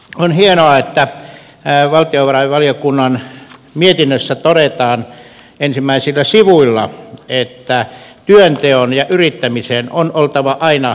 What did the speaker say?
on hienoa että valtiovarainvaliokunnan mietinnössä todetaan ensimmäisillä sivuilla että työnteon ja yrittämisen on oltava aina kannattavaa